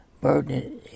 Burden